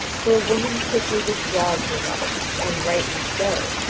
for a woman quickly withdraws her love, and rightly so,